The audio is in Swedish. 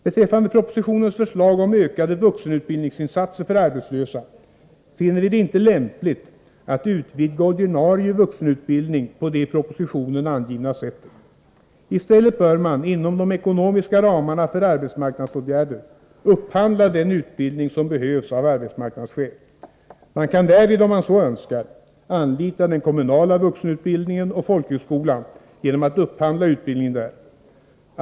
Beträffande propositionens förslag om ökade vuxenutbildningsinsatser för arbetslösa finner vi det inte lämpligt att utvidga ordinarie vuxenutbildning på det i propositionen angivna sättet. I stället bör man inom de ekonomiska ramarna för arbetsmarknadsåtgärder upphandla den utbildning som av arbetsmarknadsskäl behövs. Man kan därvid, om man så önskar, anlita den kommunala vuxenutbildningen och folkhögskolan genom att upphandla utbildning där.